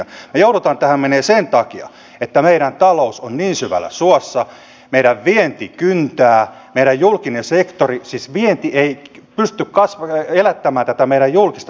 me joudumme tähän menemään sen takia että meidän talous on niin syvällä suossa meidän vienti kyntää tätä meidän julkista sektoria ei vienti pysty elättämään